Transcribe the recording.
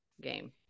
game